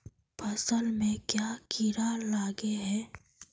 फसल में क्याँ कीड़ा लागे है?